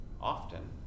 often